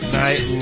night